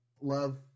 love